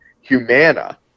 Humana